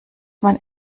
man